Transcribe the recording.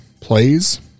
plays